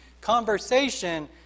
conversation